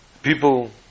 people